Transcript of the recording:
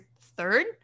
third